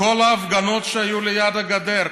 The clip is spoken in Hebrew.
כל ההפגנות שהיו ליד הגדר,